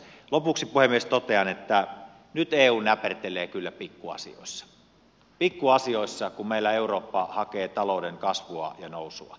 lopuksi puhemies totean että nyt eu näpertelee kyllä pikkuasioissa kun meillä eurooppa hakee talouden kasvua ja nousua